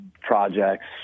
projects